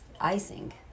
icing